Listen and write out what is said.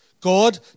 God